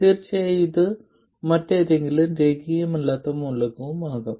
തീർച്ചയായും ഇത് മറ്റേതെങ്കിലും രേഖീയമല്ലാത്ത മൂലകവും ആകാം